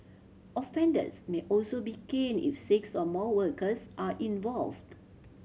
offenders may also be caned if six or more workers are involved